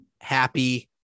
Happy